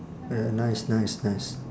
ya nice nice nice